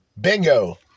Bingo